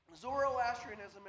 Zoroastrianism